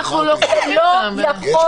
לא יכול להיות.